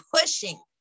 pushing